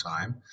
time